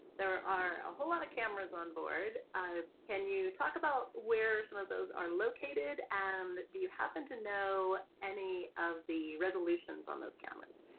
there are a whole lot of cameras on board, can you talk about where some of those are located and do you happen to know any of the resolutions on those cameras?